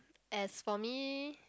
as for me